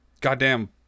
goddamn